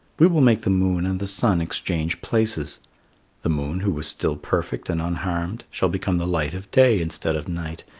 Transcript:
we will make the moon and the sun exchange places the moon, who is still perfect and unharmed, shall become the light of day instead of night,